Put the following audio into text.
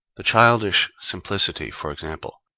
the childish simplicity, for example,